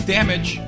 Damage